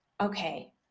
okay